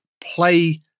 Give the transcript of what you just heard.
play